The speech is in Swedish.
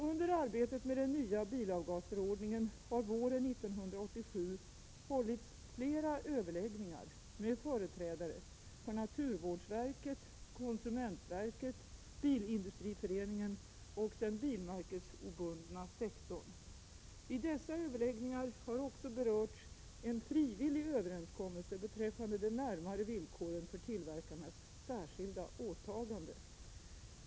Under arbetet med den nya bilavgasförordningen har våren 1987 hållits flera överläggningar med företrädare för naturvårdsverket, konsumentverket, Bilindustriföreningen och den bilmärkesobundna sektorn. Vid dessa överläggningar har också berörts en frivillig överenskommelse beträffande de närmare villkoren för tillverkarnas särskilda åtagande.